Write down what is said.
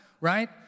right